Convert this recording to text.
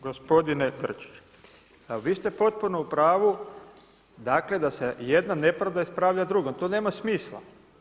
Gospodine Grčić, vi ste potpuno u pravu, dakle da se jedna nepravda ispravlja drugom, to nema smisla.